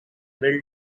well